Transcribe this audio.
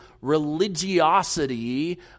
religiosity